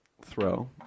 throw